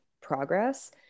progress